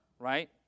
Right